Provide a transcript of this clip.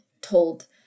told